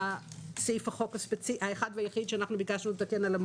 לסעיף החוק האחד והיחיד שאנחנו ביקשנו לתקן בעניין